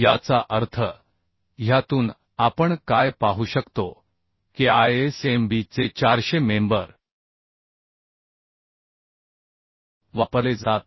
याचा अर्थ ह्यातून आपण काय पाहू शकतो की ISMB चे 400 मेंबर वापरले जातात